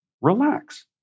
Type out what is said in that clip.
relax